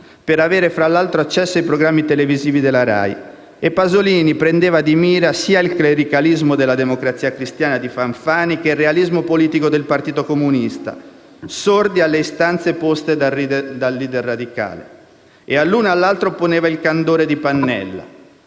per avere fra l'altro accesso ai programmi televisivi della RAI. E Pasolini prendeva di mira sia il clericalismo della Democrazia Cristiana di Fanfani, che il realismo politico del Partito Comunista, sordi alle istanze poste dal *leader* radicale. E all'uno e all'altro opponeva il candore di Pannella.